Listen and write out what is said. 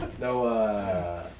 No